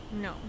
no